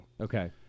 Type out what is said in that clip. Okay